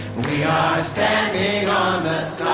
we are standing on the